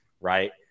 Right